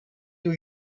new